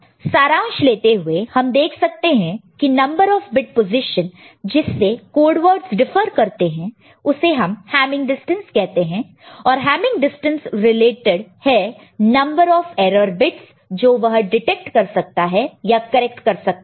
तो सारांश लेते हुए हम देख सकते हैं कि नंबर ऑफ बिट पोजीशन जिससे कोड वर्डस डिफर करते हैं उसे हम हैमिंग डिस्टेंस कहते हैं और हैमिंग डिस्टेंस रिलेटेड है नंबर ऑफ एरर बिट्स जो वह डिटेक्ट कर सकता है या करेक्ट कर सकता है